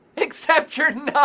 except you're